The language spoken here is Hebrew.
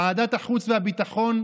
ועדת החוץ והביטחון,